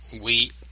wheat